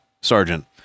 sergeant